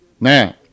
Now